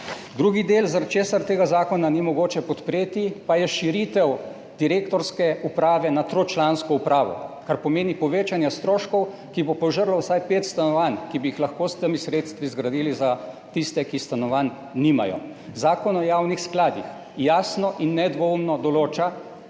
Drugi del, zaradi česar tega zakona ni mogoče podpreti, pa je širitev direktorske uprave na tričlansko upravo, kar pomeni povečanje stroškov, ki bo požrlo vsaj pet stanovanj, ki bi jih lahko s temi sredstvi zgradili za tiste, ki stanovanj nimajo. Zakon o javnih skladih jasno in nedvoumno določa,